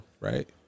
right